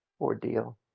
ordeal